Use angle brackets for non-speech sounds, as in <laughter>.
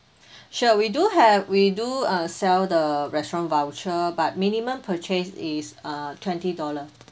<breath> sure we do have we do uh sell the restaurant voucher but minimum purchase is uh twenty dollars